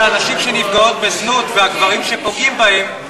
הנשים שנפגעות בזנות והגברים שפוגעים בהן,